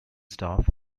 staff